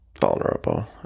vulnerable